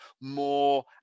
more